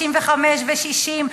55 ו-60.